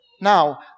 Now